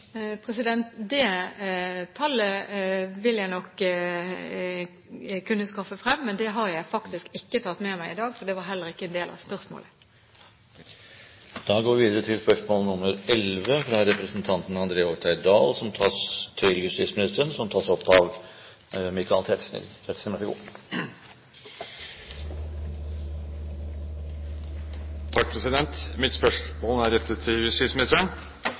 Det tallet vil jeg nok kunne fremskaffe, men det har jeg faktisk ikke tatt med meg i dag, for det var heller ikke en del av spørsmålet. Dette spørsmålet, fra representanten André Oktay Dahl til justisministeren, vil bli tatt opp av representanten Michael Tetzschner. Spørsmålet er rettet til justisministeren: «EU arbeider for tiden med flere Initatives on Smart Borders, som i sum vil bidra til